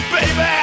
Baby